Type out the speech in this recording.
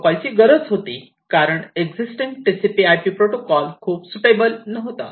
प्रोटोकॉलची गरज होती कारण एक्झीटींग TCP IP प्रोटोकॉल खूप सूटेबल नव्हता